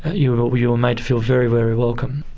you but were you were made to feel very, very welcome.